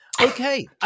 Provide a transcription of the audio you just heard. Okay